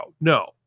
No